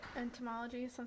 Entomology